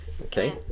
Okay